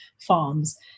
farms